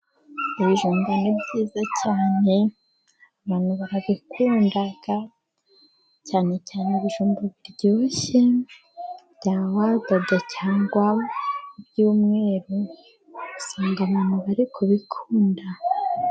Ibijumba ni byiza cyane abantu barabikunda, cyane cyane ibijumba biryoshye bya wadada cyangwa iby'umweru usanga abantu bari kubikunda.